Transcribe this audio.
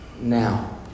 now